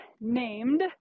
named